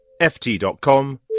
ft.com